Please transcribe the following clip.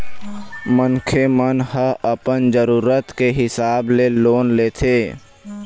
मनखे मन ह अपन जरुरत के हिसाब ले लोन ल लेथे